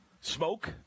smoke